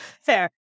Fair